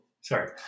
sorry